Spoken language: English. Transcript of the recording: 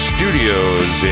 Studios